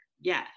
Yes